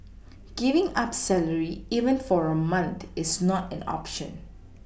giving up salary even for a month is not an option